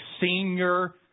senior